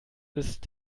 ist